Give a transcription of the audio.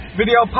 video